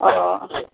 অঁ